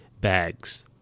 bags